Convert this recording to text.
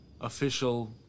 official